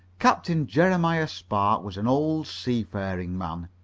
captain jeremiah spark was an old seafaring man.